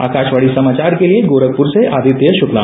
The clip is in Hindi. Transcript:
आकाशवाणी समाचार के लिए गोरखपुर से आदित्य शुक्ला